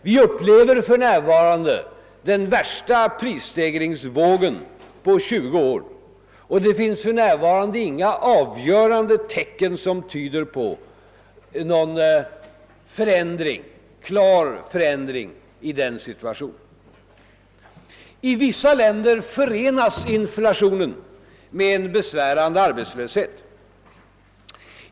Vi upplever för närvarande den värsta prisstegringsvågen på 20 år, och det finns inga avgörande tecken som tyder på någon klar förändring i den situationen, I vissa länder förenas inflationen med en besvärande arbetslöshet.